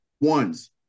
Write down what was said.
ones